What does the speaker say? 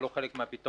לא חלק מהפתרון.